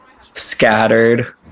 scattered